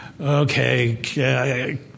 okay